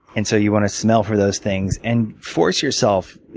and so you want to smell for those things and force yourself,